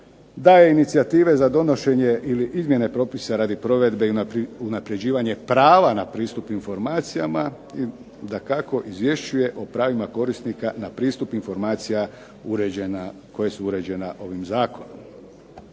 daje inicijative za donošenje ili izmjene propisa radi provedbe i unapređivanje prava na pristup informacijama. I dakako izvješćuje o pravima korisnika na pristup informacija koja su uređena ovim Zakonom.